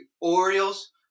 Orioles